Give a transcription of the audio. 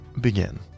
Begin